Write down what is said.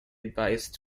advice